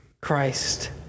Christ